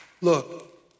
Look